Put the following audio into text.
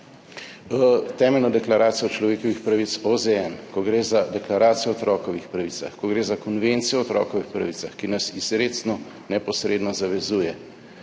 Temeljno deklaracijo človekovih pravic OZN, ko gre za Deklaracijo o otrokovih pravicah, ko gre za Konvencijo o otrokovih pravicah, ki nas izrecno neposredno zavezuje,